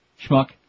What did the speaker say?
Schmuck